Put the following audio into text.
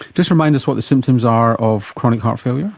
just remind us what the symptoms are of chronic heart failure?